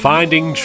Finding